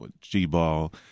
G-Ball